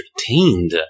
entertained